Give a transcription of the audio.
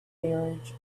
carriage